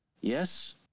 Yes